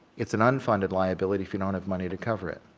it's an unfunded liability if you don't have money to cover it.